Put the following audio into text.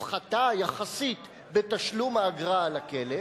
הפחתה יחסית בתשלום האגרה על הכלב,